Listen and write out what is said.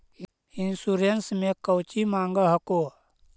Insurance मे कौची माँग हको?